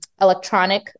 electronic